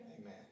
Amen